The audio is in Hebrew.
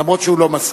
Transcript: גם אם הוא לא מסכים.